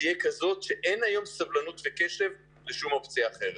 תהיה כזו שאין היום סבלנות וקשב לשום אופציה אחרת.